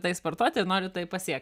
tai sportuoti ir noriu tai pasiekt